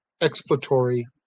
exploratory